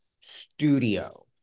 studio